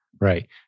Right